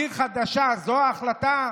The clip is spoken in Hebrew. עיר חדשה, זו ההחלטה?